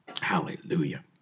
Hallelujah